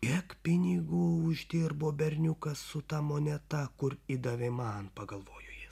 kiek pinigų uždirbo berniukas su ta moneta kur įdavė man pagalvojo jis